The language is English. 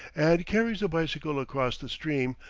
and carries the bicycle across the stream,